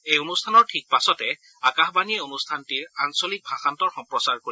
এই অনুষ্ঠানৰ ঠিক পাছতে আকাশবাণীয়ে অনুষ্ঠানটিৰ আঞ্চলিক ভাযান্তৰ সম্প্ৰচাৰ কৰিব